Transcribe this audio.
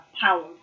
power